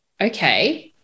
okay